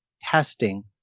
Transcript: testing